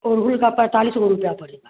गुड़हल का पैंतालीस गो रुपये पड़ेगा